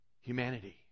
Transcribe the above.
humanity